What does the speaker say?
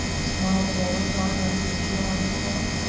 smiling all the time under his yellow mustache.